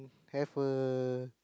have a